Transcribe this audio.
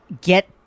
Get